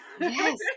Yes